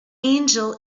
angel